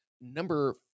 Number